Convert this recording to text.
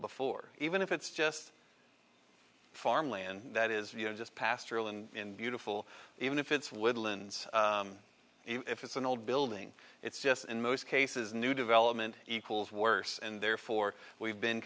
before even if it's just farmland that is you know just pastoral and beautiful even if it's woodlands if it's an old building it's just in most cases new development equals worse and therefore we've been